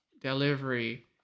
delivery